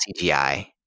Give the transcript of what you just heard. CGI